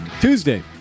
Tuesday